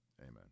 Amen